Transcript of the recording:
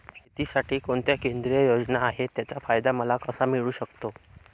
शेतीसाठी कोणत्या केंद्रिय योजना आहेत, त्याचा फायदा मला कसा मिळू शकतो?